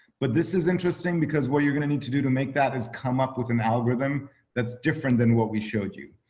but this is interesting because what you're gonna need to do to make that is come up with an algorithm that's different than what we showed you.